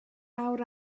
awr